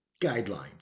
guidelines